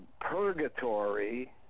purgatory